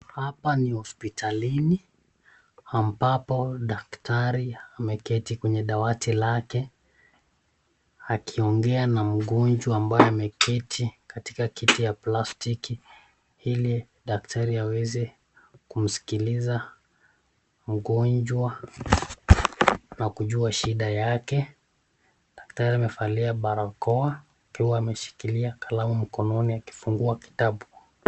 Hapa ni hospitalini ambapo daktari ameketi kwenye dawati lake akiongea na mgonjwa ambaye ameketi katika kiti cha plastiki ili daktari aweze kumsikiliza mgonjwa na kujua shida yake. Daktari amevalia barakoa akiwa ameshikilia kalamu mkononi akifungua kitabu.